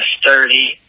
sturdy